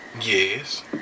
Yes